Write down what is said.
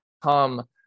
come